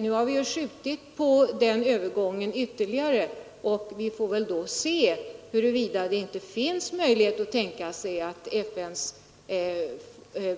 Nu har vi skjutit på den övergången ytterligare, och vi får väl då se, huruvida det finns möjlighet att tänka sig att FN:s